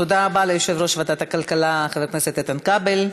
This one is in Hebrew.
תודה רבה ליושב-ראש ועדת הכלכלה חבר הכנסת איתן כבל.